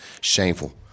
shameful